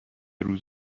روز